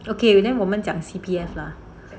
okay then 我们讲 C_P_F lah